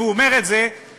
והוא אומר את זה כשמאחוריו